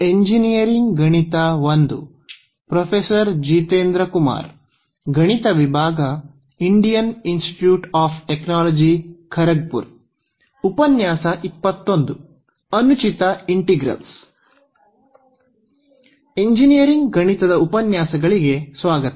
engineering ಗಣಿತದ ಉಪನ್ಯಾಸಗಳಿಗೆ ಸ್ವಾಗತ